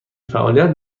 فعالیت